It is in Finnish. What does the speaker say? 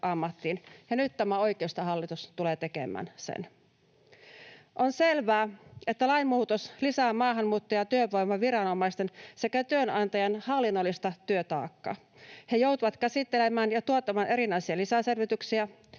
ja nyt tämä oikeistohallitus tulee tekemään sen. On selvää, että lainmuutos lisää maahanmuutto- ja työvoimaviranomaisten sekä työnantajan hallinnollista työtaakkaa. He joutuvat käsittelemään ja tuottamaan erilaisia lisäselvityksiä,